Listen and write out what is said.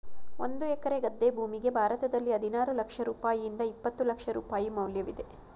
ಒಂದು ಎಕರೆ ಗದ್ದೆ ಭೂಮಿಗೆ ಭಾರತದಲ್ಲಿ ಹದಿನಾರು ಲಕ್ಷ ರೂಪಾಯಿಯಿಂದ ಇಪ್ಪತ್ತು ಲಕ್ಷ ರೂಪಾಯಿ ಮೌಲ್ಯವಿದೆ